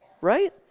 right